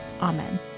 Amen